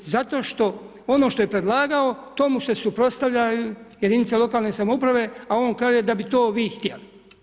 Zato što ono što je predlagao to mu se suprotstavljaju jedinice lokalne samouprave, a on kaže da bi to vi htjeli.